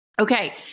Okay